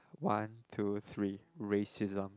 one two three racism